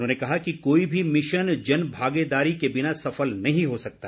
उन्होंने कहा कि कोई भी मिशन जन भागीदारी के बिना सफल नहीं हो सकता